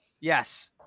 Yes